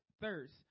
thirst